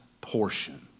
portion